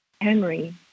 Henry